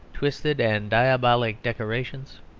twisted and diabolic decorations.